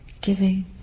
giving